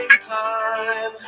time